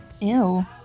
ew